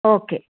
okay